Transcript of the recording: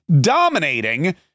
dominating